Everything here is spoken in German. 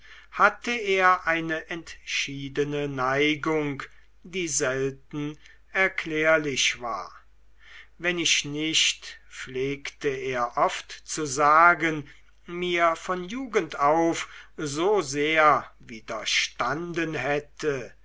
hatte er eine entschiedene neigung die selten erklärlich war wenn ich nicht pflegte er oft zu sagen mir von jugend auf so sehr widerstanden hätte